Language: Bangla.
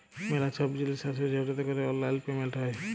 ম্যালা ছব জিলিস আসে যেটতে ক্যরে অললাইল পেমেলট হ্যয়